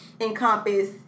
encompass